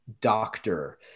doctor